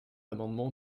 l’amendement